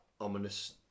ominous